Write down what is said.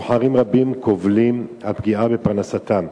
סוחרים רבים קובלים על פגיעה בפרנסתם.